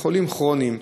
לחולים כרוניים,